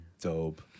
Dope